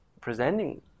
presenting